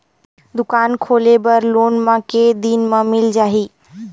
दुकान खोले बर लोन मा के दिन मा मिल जाही?